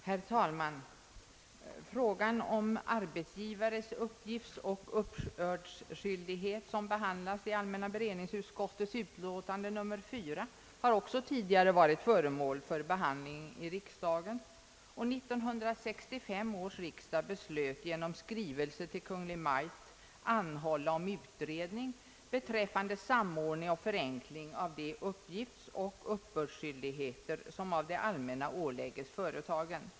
Herr talman! Frågan om arbetsgivares uppgiftsoch uppbördsskyldighet, som behandlas i allmänna beredningsutskottets utlåtande nr 4, har också tidigare varit föremål för behandling i riksdagen, och 1965 års riksdag beslöt genom skrivelse till Kungl. Maj:t anhålla om utredning beträffande samordning och förenkling av de uppgiftsoch uppbördsskyldigheter som av det allmänna ålägges företagen.